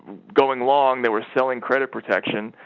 going long they were selling credit protection